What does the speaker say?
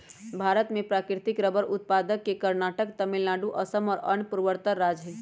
भारत में प्राकृतिक रबर उत्पादक के कर्नाटक, तमिलनाडु, असम और अन्य पूर्वोत्तर राज्य हई